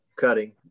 cutting